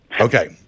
Okay